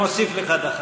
אני מוסיף לך דקה.